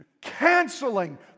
canceling